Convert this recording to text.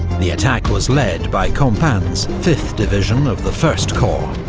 the attack was led by compans' fifth division of the first corps,